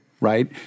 right